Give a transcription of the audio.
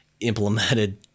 implemented